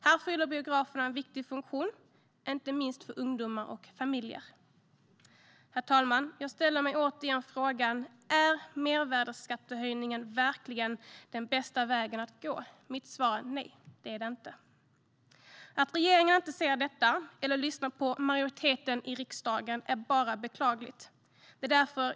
Här fyller biograferna en viktig funktion, inte minst för ungdomar och familjer. Herr talman! Jag ställer mig frågan: Är mervärdesskattehöjningen verkligen den bästa vägen att gå. Mitt svar är: Nej, det är det inte. Att regeringen varken ser detta eller lyssnar på majoriteten i riksdagen är beklagligt.